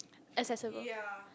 accessible